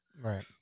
Right